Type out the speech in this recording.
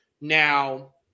Now